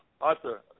Arthur